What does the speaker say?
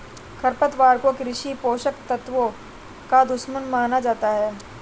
खरपतवार को कृषि पोषक तत्वों का दुश्मन माना जाता है